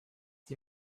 die